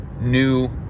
new